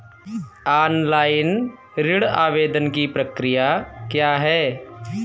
Online ऋण आवेदन की प्रक्रिया क्या है?